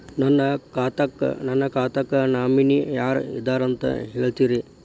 ನನ್ನ ಖಾತಾಕ್ಕ ನಾಮಿನಿ ಯಾರ ಇದಾರಂತ ಹೇಳತಿರಿ?